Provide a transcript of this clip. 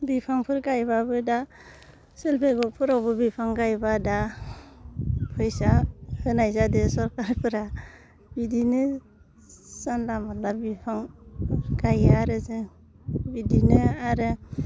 बिफांफोर गायबाबो दा सोर बेगरफोरावबो बिफां गायबा दा फैसा होनाय जादो सरकारफोरा बिदिनो जानला मोनला बिफां गायो आरो जों बिदिनो आरो